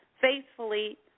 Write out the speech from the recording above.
faithfully